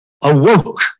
awoke